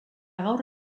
gaur